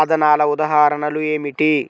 సాధనాల ఉదాహరణలు ఏమిటీ?